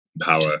power